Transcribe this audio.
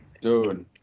Dude